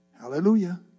Hallelujah